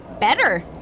Better